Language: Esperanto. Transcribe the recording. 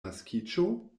naskiĝo